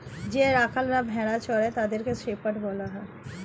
যে রাখালরা ভেড়া চড়ায় তাদের শেপার্ড বলা হয়